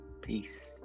peace